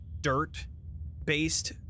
dirt-based